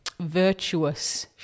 virtuous